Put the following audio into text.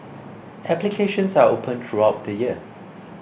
applications are open throughout the year